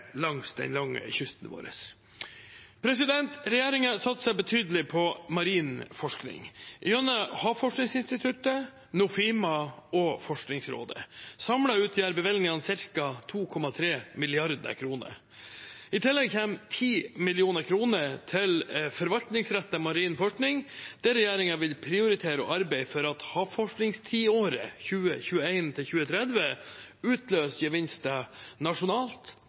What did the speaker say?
langs den lange kysten vår. Regjeringen satser betydelig på marin forskning gjennom Havforskningsinstituttet, Nofima og Forskningsrådet. Samlet utgjør bevilgningene ca. 2,3 mrd. kr. I tillegg kommer 10 mill. kr til forvaltningsrettet marin forskning, der regjeringen vil prioritere å arbeide for at Havforskningstiåret, 2021–2030, utløser gevinster nasjonalt